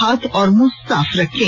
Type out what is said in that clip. हाथ और मुंह साफ रखें